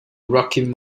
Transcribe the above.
rocking